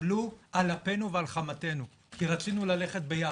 התקבלו על אפנו ועל חמתנו, כי רצינו ללכת ביחד.